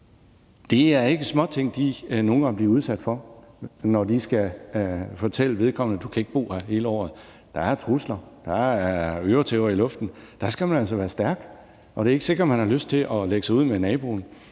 det er ikke småting, de nogle gange bliver udsat for, når de skal fortælle en person, at vedkommende ikke kan bo der hele året. Der er trusler, der er øretæver i luften, og der skal man altså være stærk. Og det er ikke sikkert, man har lyst til at lægge sig ud med naboen.